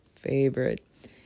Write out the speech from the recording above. favorite